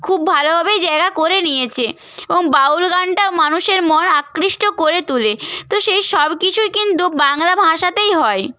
খুব ভালোভাবেই জায়গা করে নিয়েছে এবং বাউল গানটাও মানুষের মন আকৃষ্ট করে তুলে তো সেই সব কিছুই কিন্তু বাংলা ভাষাতেই হয়